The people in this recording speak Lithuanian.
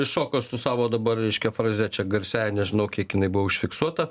iššoko su savo dabar reiškia fraze čia garsiąja nežinau kiek jinai buvo užfiksuota